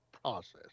process